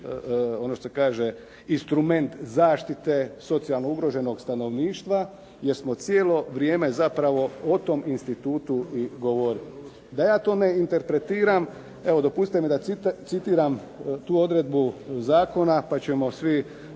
mogući instrument zaštite socijalno ugroženog stanovništva jer smo cijelo vrijeme zapravo o tom institutu i govorili. Da ja to ne interpretiram dopustite mi da citiram tu odredbu zakona pa ćemo svi